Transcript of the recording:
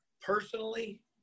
personally